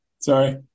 Sorry